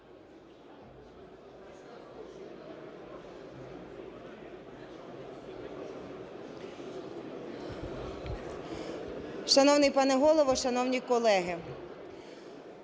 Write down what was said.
Шановний пане Голово, шановні колеги,